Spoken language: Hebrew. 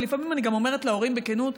ולפעמים אני גם אומרת להורים בכנות,